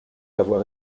avoir